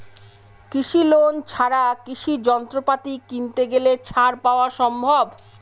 কৃষি লোন ছাড়া কৃষি যন্ত্রপাতি কিনতে গেলে ছাড় পাওয়া সম্ভব?